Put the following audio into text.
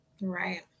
Right